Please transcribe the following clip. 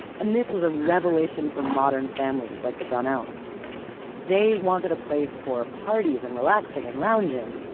and this was a revelation for modern families like the donnells. they wanted a place for parties and relaxing and lounging.